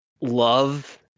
love